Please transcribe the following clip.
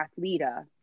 Athleta